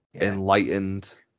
enlightened